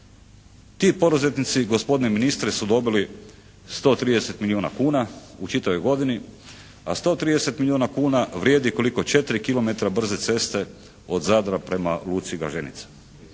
Ti poduzetnici gospodine ministre su dobili 130 milijuna kuna u čitavoj godini, a 130 milijuna kuna vrijedi koliko četiri kilometra brze ceste od Zadra prema luci Galženica.